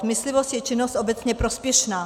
Myslivost je činnost obecně prospěšná.